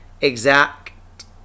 exact